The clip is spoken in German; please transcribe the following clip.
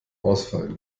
ausfallen